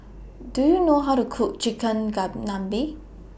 Do YOU know How to Cook Chicken